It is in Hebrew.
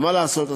מה לעשות?